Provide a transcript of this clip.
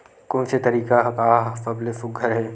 कोन से तरीका का सबले सुघ्घर हे?